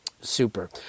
Super